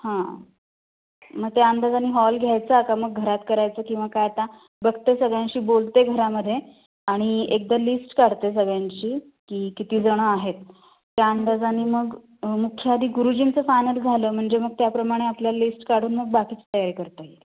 हां मग त्या अंदाजाने हॉल घ्यायचा का मग घरात करायचं किंवा काय आता बघते सगळ्यांशी बोलते घरामध्ये आणि एकदा लिस्ट काढते सगळ्यांशी की किती जण आहेत त्या अंदाजाने मग मुख्य आधी गुरुजींचं फायनल झालं म्हणजे मग त्याप्रमाणे आपल्या लिस्ट काढून मग बाकीची तयारी करता येईल